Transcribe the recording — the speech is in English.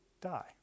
die